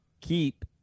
keep